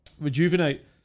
Rejuvenate